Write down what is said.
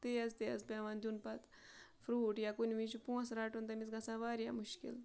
تیز تیز پٮ۪وان دیُن پَتہٕ فرٛوٗٹ یا کُنہِ وِز چھِ پونٛسہٕ رَٹُن تٔمِس گژھان واریاہ مُشکل